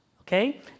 okay